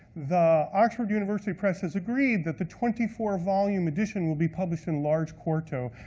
the oxford university press has agreed that the twenty four volume edition will be published in large quarto.